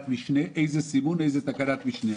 משנה" איזה סימון ואיזו תקנת משנה?